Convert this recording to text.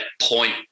point